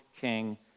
king